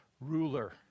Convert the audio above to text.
ruler